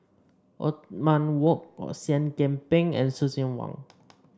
Othman Wok Seah Kian Peng and Lucien Wang